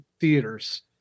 theaters